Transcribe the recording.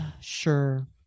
Sure